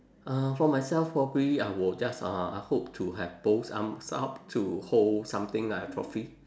uh for myself probably I will just uh I hope to have both arms up to hold something like a trophy